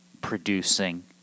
producing